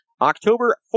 October